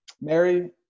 Mary